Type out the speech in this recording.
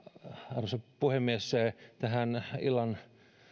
arvoisa puhemies tähän illan